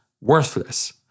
worthless